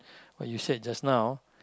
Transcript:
what you said just now